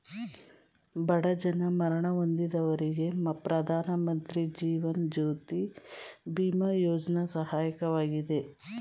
ಬಡ ಜನ ಮರಣ ಹೊಂದಿದವರಿಗೆ ಪ್ರಧಾನಮಂತ್ರಿ ಜೀವನ್ ಜ್ಯೋತಿ ಬಿಮಾ ಯೋಜ್ನ ಸಹಾಯಕವಾಗಿದೆ